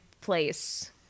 place